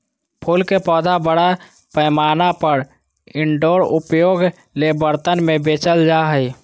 फूल के पौधा बड़ा पैमाना पर इनडोर उपयोग ले बर्तन में बेचल जा हइ